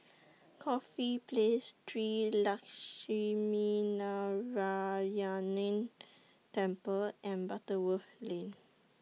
Corfe Place Shree Lakshminarayanan Temple and Butterworth Lane